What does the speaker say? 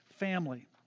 Family